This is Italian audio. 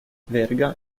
verga